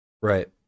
right